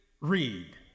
Read